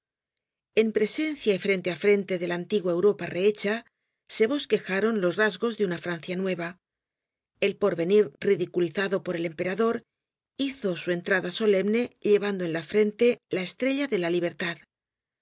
en presencia y frente á frente de la antigua europa rehecha se bosquejaron los rasgos de una francia nueva el porvenir ridiculizado por el emperador hizo su entrada solemne llevando en la frente la estrella de la libertad los